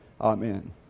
Amen